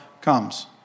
comes